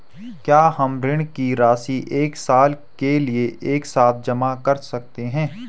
क्या हम ऋण की राशि एक साल के लिए एक साथ जमा कर सकते हैं?